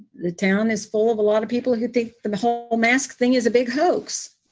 the town is full of a lot of people who think the whole whole mask thing is a big hoax.